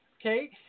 Okay